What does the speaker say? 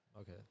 Okay